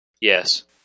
Yes